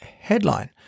headline